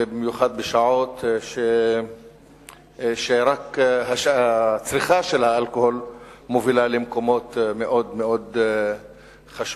ובמיוחד בשעות שרק הצריכה של האלכוהול מובילה למקומות מאוד חשוכים.